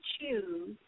choose